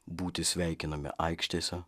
būti sveikinami aikštėse